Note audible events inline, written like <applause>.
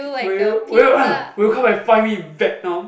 will you will you <noise> will you come and find me in Vietnam